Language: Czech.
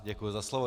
Děkuji za slovo.